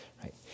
right